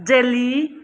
Delhi